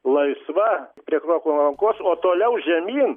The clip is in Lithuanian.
laisva prie krokų lankos o toliau žemyn